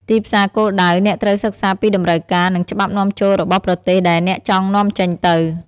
ទីផ្សារគោលដៅ អ្នកត្រូវសិក្សាពីតម្រូវការ និងច្បាប់នាំចូលរបស់ប្រទេសដែលអ្នកចង់នាំចេញទៅ។